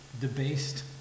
debased